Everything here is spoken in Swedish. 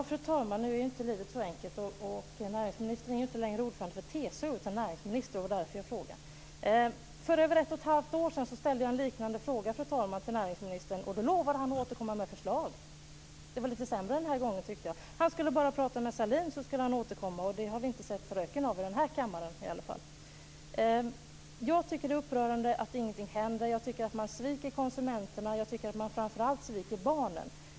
Fru talman! Det här är ju inte så enkelt, och näringsminister är inte längre ordförande i TCO. Det var därför som jag ställde frågan. För över ett och ett halvt år sedan ställde jag en liknande fråga till näringsministern, och då lovade han att återkomma med förslag - det var lite sämre den här gången. Han skulle bara prata med Sahlin, och sedan skulle han återkomma. Men det har vi inte sett röken av i den här kammaren. Jag tycker att det är upprörande att ingenting händer. Man sviker konsumenterna, och framför allt sviker man barnen.